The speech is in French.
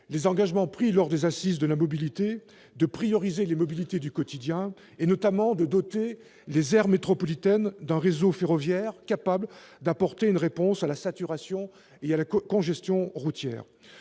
les engagements pris lors des Assises nationales de la mobilité, de prioriser les mobilités du quotidien et, notamment, de doter les aires métropolitaines « d'un réseau ferroviaire capable d'apporter une réponse à la saturation et à la congestion routière